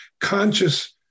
conscious